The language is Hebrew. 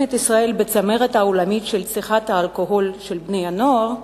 את ישראל בצמרת העולמית של צריכת האלכוהול של בני-הנוער,